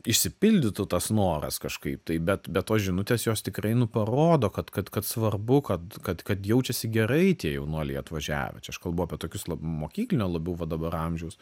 išsipildytų tas noras kažkaip tai bet bet tos žinutės jos tikrai nu parodo kad kad kad svarbu kad kad kad jaučiasi gerai tie jaunuoliai atvažiavę čia aš kalbu apie tokius mokyklinio labiau va dabar amžiaus